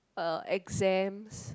uh exams